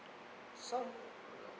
sound